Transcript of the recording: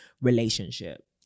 relationship